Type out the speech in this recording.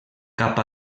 cap